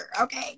okay